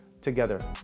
together